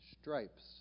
stripes